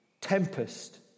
tempest